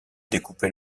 découper